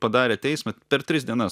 padarė teismą per tris dienas